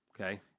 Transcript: Okay